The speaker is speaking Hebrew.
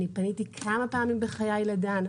פניתי כמה פעמים בחיי ל"דן".